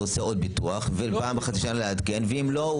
עושה עוד ביטוח ופעם בחצי שנה לעדכן ואם לא,